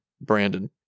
Brandon